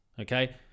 okay